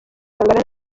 kangana